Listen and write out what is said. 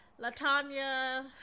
LaTanya